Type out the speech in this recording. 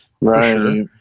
Right